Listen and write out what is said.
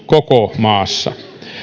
koko maassa